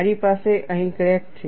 મારી પાસે અહીં ક્રેક છે